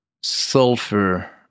sulfur